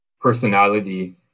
personality